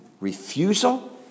refusal